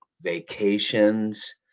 vacations